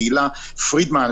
לתהילה פרידמן,